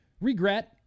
regret